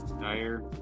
Dyer